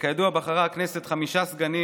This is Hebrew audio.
כידוע, הכנסת בחרה חמישה סגנים